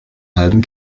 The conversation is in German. halben